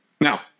Now